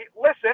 listen